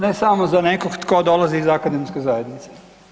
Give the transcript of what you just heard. Ne samo za nekog tko dolazi iz akademske zajednice.